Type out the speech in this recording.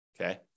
Okay